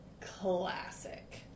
classic